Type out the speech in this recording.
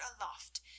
aloft